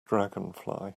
dragonfly